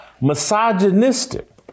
Misogynistic